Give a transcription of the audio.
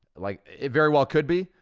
like, it very well could be,